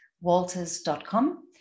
Walters.com